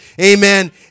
amen